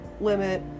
limit